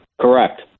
Correct